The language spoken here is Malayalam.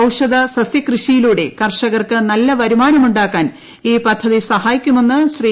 ഔഷധ സസ്യകൃഷിയിലൂടെ കർഷകർക്ക് നല്ല വരുമാനമുണ്ടാക്കാൻ ഈ പദ്ധതി സഹായിക്കുമെന്ന് ശ്രീ